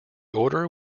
order